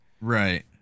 right